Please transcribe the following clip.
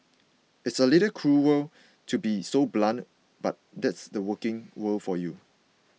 it's a little cruel to be so blunt but that's the working world for you